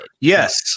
Yes